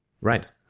Right